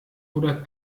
oder